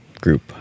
group